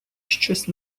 щось